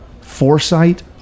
foresight